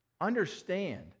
Understand